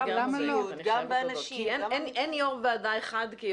אני גם מודאגת, אני חייבת להודות.